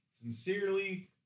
Sincerely